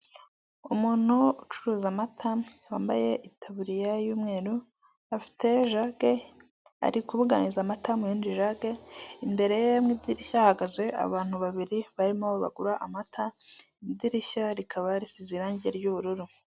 Umuntu ucuruza amata wambaye itaburiya y'umweru, afite ijage ari kubuganiza amata mu yindi jage, imbere ye mu idirishya hahagaze abantu babiri barimo bagura amata, idirishya rikaba risize irangi ry'ubururu.